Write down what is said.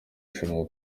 rushanwa